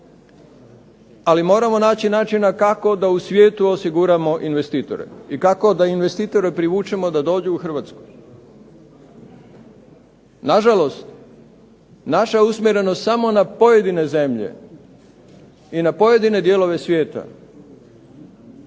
Ali moramo naći načina kako da u svijetu osiguramo investitore i kako da investitore privučemo da dođu u Hrvatsku. Nažalost, naša je usmjerenost samo na pojedine zemlje i na pojedine dijelove svijeta.